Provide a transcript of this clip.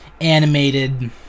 animated